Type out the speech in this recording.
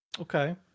Okay